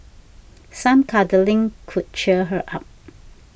some cuddling could cheer her up